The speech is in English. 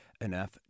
enough